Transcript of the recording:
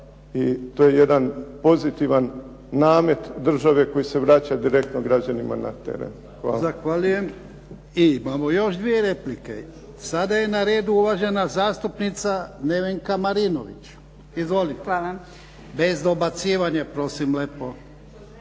i to je jedan pozitivan namet države koji se vraća direktno građanima na teren. Hvala. **Jarnjak, Ivan (HDZ)** Zahvaljujem. I imamo još dvije replike. Sada je na redu uvažena zastupnica Nevenka Marinović. Izvolite. Bez dobacivanja prosim lepo!